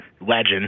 legend